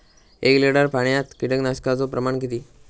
एक लिटर पाणयात कीटकनाशकाचो प्रमाण किती?